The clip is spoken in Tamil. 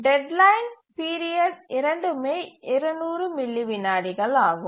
டெட்லைன் பீரியட் இரண்டுமே 200 மில்லி விநாடிகள் ஆகும்